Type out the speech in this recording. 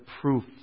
proof